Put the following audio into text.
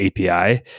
API